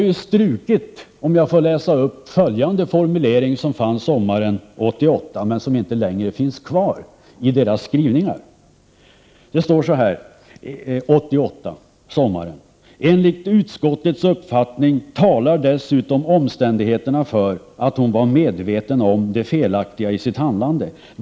Jag skall läsa upp följande formulering från en skrivning sommaren 1988 men som inte längre finns kvar i det skrivna materialet: ”Enligt utskottets uppfattning talar dessutom omständigheterna för att hon var medveten om det felaktiga i sitt handlande.